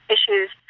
Issues